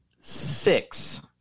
six